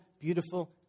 Beautiful